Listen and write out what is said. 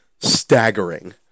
staggering